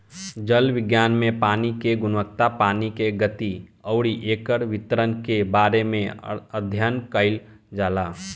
जल विज्ञान में पानी के गुणवत्ता पानी के गति अउरी एकर वितरण के बारे में अध्ययन कईल जाला